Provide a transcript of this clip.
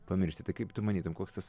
pamiršti tai kaip tu manytum koks tas